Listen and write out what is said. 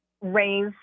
raise